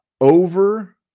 over